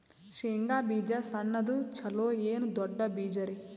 ಶೇಂಗಾ ಬೀಜ ಸಣ್ಣದು ಚಲೋ ಏನ್ ದೊಡ್ಡ ಬೀಜರಿ?